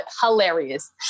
hilarious